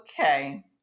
Okay